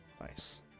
nice